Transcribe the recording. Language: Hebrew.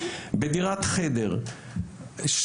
בדירת חדר,